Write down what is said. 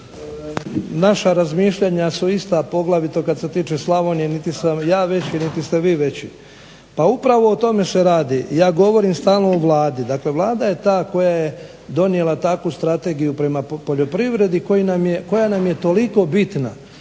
Naša razmišljanja su ista poglavito kad se tiče Slavonije. Niti sam ja veći niti ste vi veći. Pa upravo o tome se radi. Ja govorim stalno o Vladi. Dakle Vlada je ta koja je donijela takvu strategiju prema poljoprivredi koja nam je toliko bitna